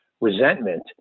resentment